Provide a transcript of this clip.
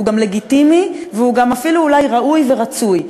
הוא גם לגיטימי והוא גם אפילו ראוי ורצוי.